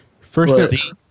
First